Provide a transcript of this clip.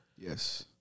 Yes